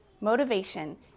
motivation